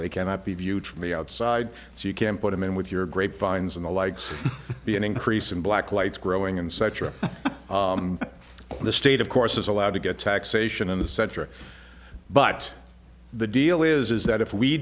they cannot be viewed from the outside so you can't put them in with your grapevines and the likes be an increase in black lights growing and such or the state of course is allowed to get taxation in the center but the deal is is that if we